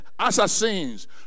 assassins